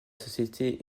société